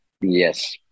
Yes